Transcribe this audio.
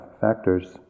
factors